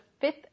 fifth